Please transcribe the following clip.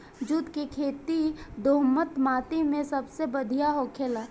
जुट के खेती दोहमट माटी मे सबसे बढ़िया होखेला